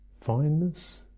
Fineness